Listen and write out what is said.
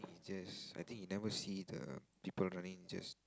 just I think he never see the people running just